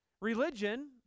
Religion